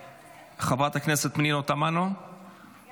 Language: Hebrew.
חברת הכנסת פנינה תמנו, את